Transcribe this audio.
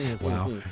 Wow